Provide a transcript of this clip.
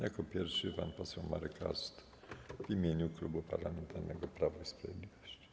Jako pierwszy pan poseł Marek Ast w imieniu Klubu Parlamentarnego Prawo i Sprawiedliwość.